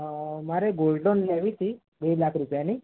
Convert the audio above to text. અ મારે gold loan લેવી હતી બે લાખ રૂપિયાની